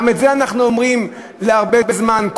גם את זה אנחנו אומרים הרבה זמן,